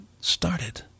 started